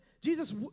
Jesus